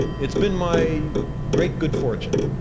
it's been my great good fortune